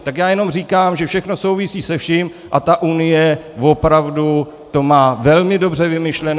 Tak já jenom říkám, že všechno souvisí se vším a ta Unie opravdu to má velmi dobře vymyšlené.